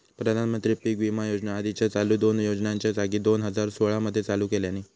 प्रधानमंत्री पीक विमा योजना आधीच्या चालू दोन योजनांच्या जागी दोन हजार सोळा मध्ये चालू केल्यानी